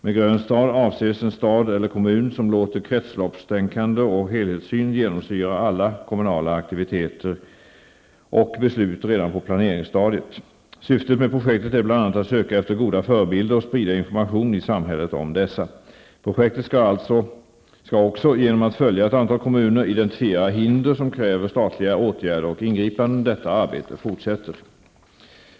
Med ''grön stad'' avses en stad eller kommun som låter kretsloppstänkande och helhetssyn genomsyra alla kommunala aktiviteter och beslut redan på planeringsstadiet. Syftet med projektet är bl.a. att söka efter goda förebilder och sprida information i samhället om dessa. Projektet skall också, genom att följa ett antal kommuner, identifiera hinder som kräver statliga åtgärder och ingripanden. Detta arbete fortsätter.